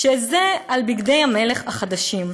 על בגדי המלך החדשים.